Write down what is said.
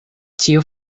ĉio